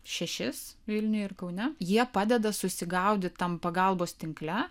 šešis vilniuje ir kaune jie padeda susigaudyt tam pagalbos tinkle